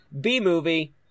B-movie